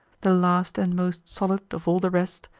the last and most solid of all the rest,